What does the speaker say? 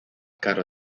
caro